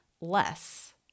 less